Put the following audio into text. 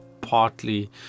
partly